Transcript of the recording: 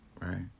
Right